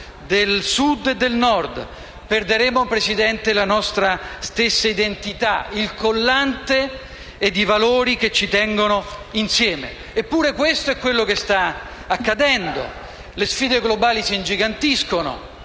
del Sud e del Nord, perderemmo, signor Presidente, la nostra stessa identità, il collante e i valori che ci tengono insieme. Eppure questo è quello che sta accadendo. Le sfide globali si ingigantiscono